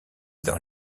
dans